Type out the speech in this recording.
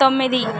తొమ్మిది